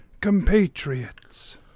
compatriots